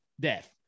death